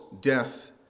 death